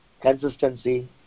consistency